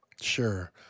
Sure